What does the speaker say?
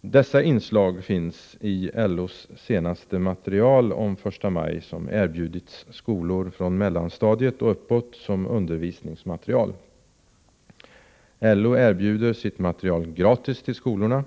Dessa inslag finns i LO:s senaste material om första maj, som erbjudits skolor från mellanstadiet och uppåt som undervisningsmaterial. LO erbjuder sitt material gratis till skolorna.